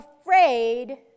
afraid